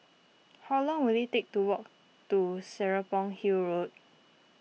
how long will it take to walk to Serapong Hill Road